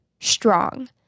strong